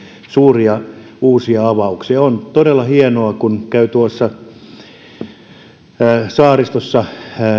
suuria uusia avauksia on todella hienoa kun käy saaristossa